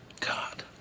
God